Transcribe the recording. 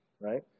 right